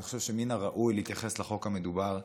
אני חושב שמן הראוי להתייחס לחוק המדובר,